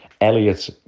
Elliot